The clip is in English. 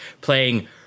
playing